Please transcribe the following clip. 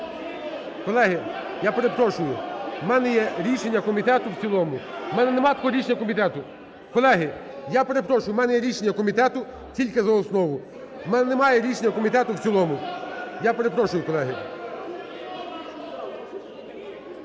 Колеги, я перепрошую. В мене є рішення комітету: в цілому. (Шум в залі) В мене нема такого рішення комітету. Колеги, я перепрошую, в мене є рішення комітету: тільки за основу. В мене немає рішення комітету: в цілому. Я перепрошую, колеги.